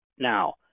Now